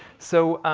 so